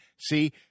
see